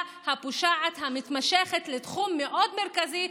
הפושעת והמתמשכת בתחום מאוד מרכזי,